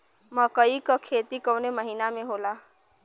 मकई क खेती कवने महीना में होला?